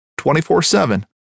24-7